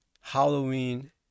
Halloween